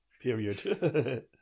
period